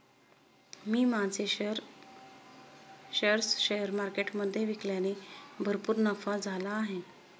मी माझे shares share मार्केटमधे विकल्याने भरपूर नफा झाला आहे